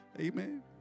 Amen